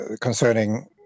concerning